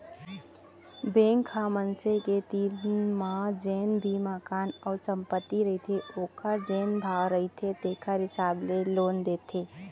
bank ह मनसे के तीर म जेन भी मकान अउ संपत्ति रहिथे ओखर जेन भाव रहिथे तेखर हिसाब ले लोन देथे